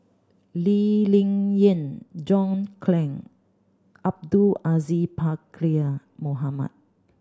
Lee Ling Yen John Clang Abdul Aziz Pakkeer Mohamed